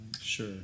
sure